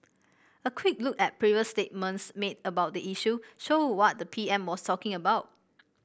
a quick look at previous statements made about the issue show what the P M was talking about